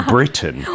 Britain